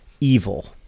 evil